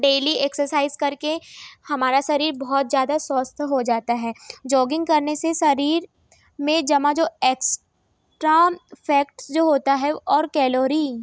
daily exercise करके हमारा सरीर बहुत ज़्यादा स्वस्थ हो जाता है जॉगिंग करने से शरीर में जमा जो एक्सट्रा फैक्ट्स जो होता है और कैलोरी